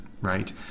right